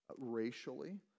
racially